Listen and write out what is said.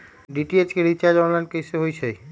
DTH के recharge online कैसे होईछई?